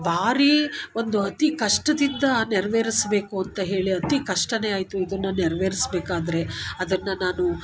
ಬಾರಿ ಒಂದು ಅತಿ ಕಷ್ಟದಿಂದ ನೆರವೇರಿಸಬೇಕು ಅಂತ ಹೇಳಿ ಅತಿ ಕಷ್ಟ ಆಯಿತು ಇದುನ್ನ ನೆರವೇರೀಸ್ಬೇಕಾದ್ರೆ ಅದನ್ನು ನಾನು